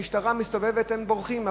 המשטרה מסתובבת והם בורחים,